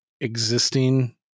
existing